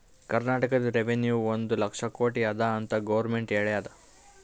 ಕರ್ನಾಟಕದು ರೆವೆನ್ಯೂ ಒಂದ್ ಲಕ್ಷ ಕೋಟಿ ಅದ ಅಂತ್ ಗೊರ್ಮೆಂಟ್ ಹೇಳ್ಯಾದ್